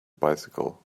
bicycle